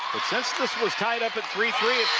but since this was tied up at three three it's